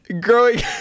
growing